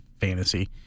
fantasy